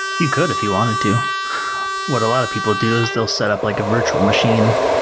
you could if you wanted to. what a lot of people do is they'll set up like a virtual machine,